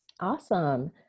Awesome